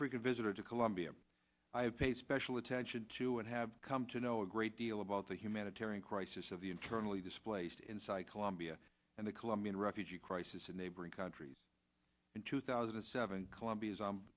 frequent visitor to colombia i have paid special attention to and have come to know a great deal about the humanitarian crisis of the internally displaced inside colombia and the colombian refugee crisis in neighboring countries in two thousand and seven colombia's